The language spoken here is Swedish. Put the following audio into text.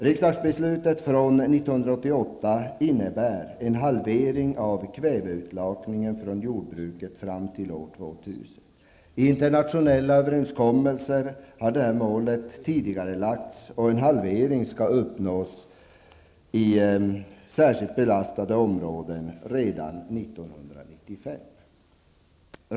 Riksdagsbeslutet från år 1988 innebär en halvering av kväveutlakningen från jordbruket fram till år 2000. I internationella överenskommelser har detta mål tidigarelagts och en halvering skall uppnås i särskilt belastade områden redan 1995.